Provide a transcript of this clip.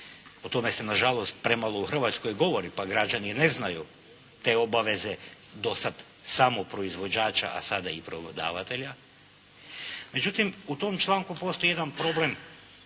O tome se nažalost premalo u Hrvatskoj govori pa građani ne znaju te obaveze do sada samo proizvođača a sada i prodavatelja. Međutim, u tom članku postoji jedan problem